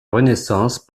renaissance